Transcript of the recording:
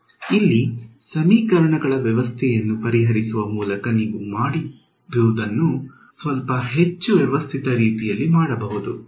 ಇಲ್ಲಿ ಸಮೀಕರಣಗಳ ವ್ಯವಸ್ಥೆಯನ್ನು ಪರಿಹರಿಸುವ ಮೂಲಕ ನೀವು ಮಾಡಿರುವುದನ್ನು ಸ್ವಲ್ಪ ಹೆಚ್ಚು ವ್ಯವಸ್ಥಿತ ರೀತಿಯಲ್ಲಿ ಮಾಡಬಹುದು